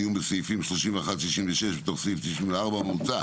דיון בסעיפים 31-66 בתוך סעיף 94 המוצע